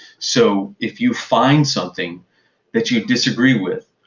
so if you find something that you disagree with,